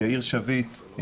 יאיר שביט,